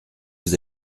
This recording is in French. vous